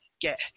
get